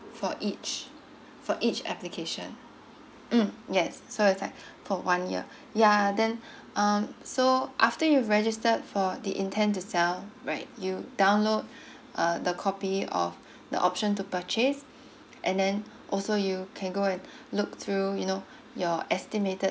for each for each application mm yes so it's like for one year yeah then um so after you registered for the intent to sell right you download uh the copy of the option to purchase and then also you can go and look through you know your estimated